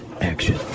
Action